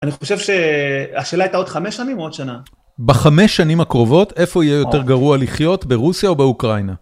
אני חושב שהשאלה הייתה עוד חמש שנים או עוד שנה. בחמש שנים הקרובות, איפה יהיה יותר גרוע לחיות, ברוסיה או באוקראינה?